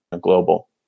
global